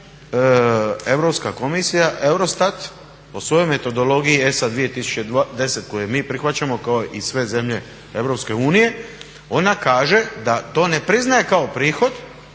Europska komisija, EUROSTAT o svojoj metodologiji ESA 2010.koju mi prihvaćam kao i sve zemlje EU ona kaže da to ne priznaje kao prihod